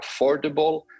affordable